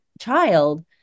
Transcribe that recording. child